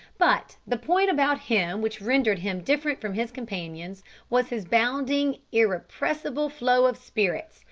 but the point about him which rendered him different from his companions was his bounding, irrepressible flow of spirits,